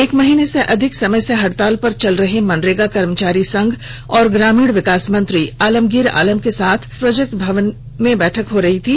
एक माह से अधिक समय से हड़ताल पर चल रहे मनरेगा कर्मचारी संघ और ग्रामीण विकास मंत्री आलमगीर आलम के साथ कल प्रोजेक्ट भवन में बैठक हो रही थी